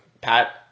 Pat